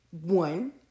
One